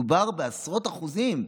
ב-1%; מדובר בעשרות אחוזים.